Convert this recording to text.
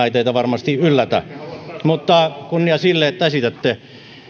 ei teitä varmasti yllätä mutta kunnia sille että esitätte